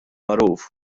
magħruf